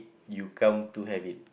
you come to have it